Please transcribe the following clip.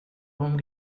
home